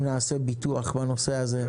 אם נעשה ביטוח בנושא הזה,